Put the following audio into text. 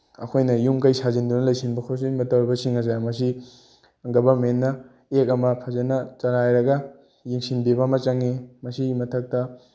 ꯑꯩꯈꯣꯏꯅ ꯌꯨꯝ ꯀꯩ ꯁꯥꯖꯤꯟꯗꯨꯅ ꯂꯩꯁꯤꯟꯕ ꯈꯣꯠꯁꯤꯟꯕ ꯇꯧꯔꯤꯕꯁꯤꯡ ꯑꯁꯦ ꯃꯁꯤ ꯒꯕꯔꯃꯦꯟꯅ ꯑꯦꯛ ꯑꯃ ꯐꯖꯅ ꯆꯂꯥꯏꯔꯒ ꯌꯦꯡꯁꯤꯟꯕꯤꯕ ꯑꯃ ꯆꯪꯉꯤ ꯃꯁꯤꯒꯤ ꯃꯊꯛꯇ